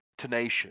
tenacious